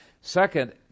Second